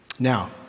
Now